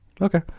okay